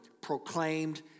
proclaimed